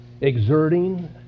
exerting